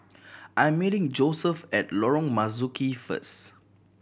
I am meeting Joeseph at Lorong Marzuki first